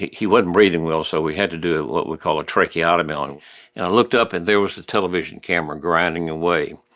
he wasn't breathing well, so we had to do what we call a tracheotomy on him and i looked up, and there was the television camera grinding away.